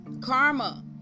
Karma